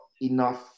enough